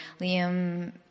Liam